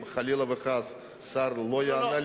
אם חלילה וחס השר לא יענה,